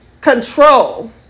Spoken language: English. control